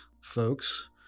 folks